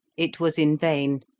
it was in vain.